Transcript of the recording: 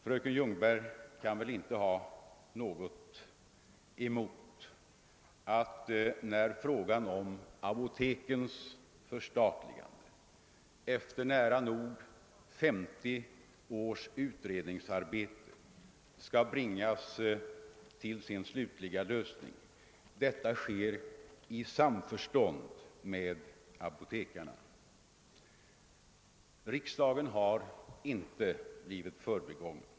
Fröken Ljungberg kan väl inte ha något emot att, när frågan om apotekens förstatligande efter nära 50 års utredningsarbete skall bringas till sin slutliga lösning, detta sker i samförstånd med apotekarna. Riksdagen har inte blivit förbigången.